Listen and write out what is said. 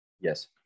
Yes